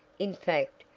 in fact,